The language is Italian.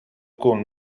con